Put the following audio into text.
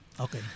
Okay